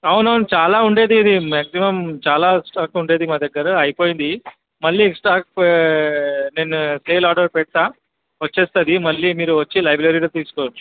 అవును అవును చాలా ఉండేది ఇది మ్యాగ్జిమమ్ చాలా స్టాక్ ఉండేది మా దగ్గర అయిపోయింది మళ్ళీ స్టాక్ నేను సేల్ ఆర్డర్ పెడ్తాను వచ్చేస్తుంది మళ్ళీ మీరు వచ్చి లైబ్రరీలో తీసుకోవచ్చు